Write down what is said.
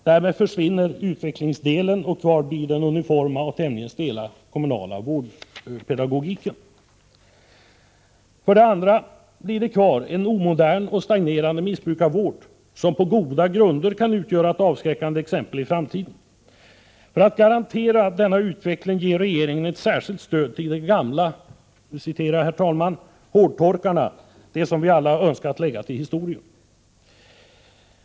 Därmed försvinner utvecklingsdelen, och kvar blir den uniforma och tämligen stela kommunala vårdpedagogiken. 2. Kvar blir en omodern och stagnerande missbrukarvård, som på goda grunder kan utgöra ett avskräckande exempel i framtiden. För att garantera denna utveckling ger regeringen ett särskilt stöd till de gamla ”hårdtorkarna”, som vi alla har önskat lägga till historien.